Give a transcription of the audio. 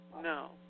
No